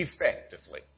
Effectively